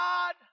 God